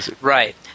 Right